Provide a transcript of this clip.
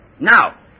Now